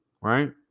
right